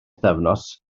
pythefnos